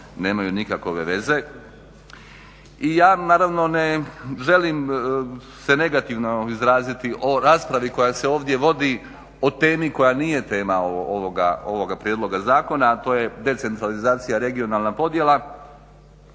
nemaju nikakve veze. I ja naravno ne želim se negativno izraziti o raspravi koja se ovdje vodi o temi koja nije tema ovoga prijedloga zakona, a to je decentralizacije, regionalna podjela